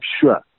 sure